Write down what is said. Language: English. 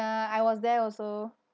I was there also